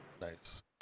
Nice